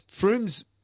Froome's